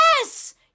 Yes